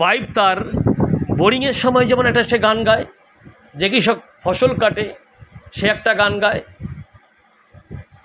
pipe তার বোরিংয়ের সময় যেমন একটা সে গান গায় যে কৃষক ফসল কাটে সে একটা গান গায়